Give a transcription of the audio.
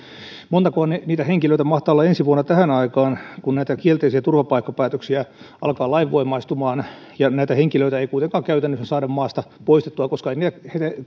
montako niitä henkilöitä mahtaa olla ensi vuonna tähän aikaan kun näitä kielteisiä turvapaikkapäätöksiä alkaa lainvoimaistumaan ja näitä henkilöitä ei kuitenkaan käytännössä saada maasta poistettua koska ei heitä